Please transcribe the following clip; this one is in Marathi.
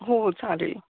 हो चालेल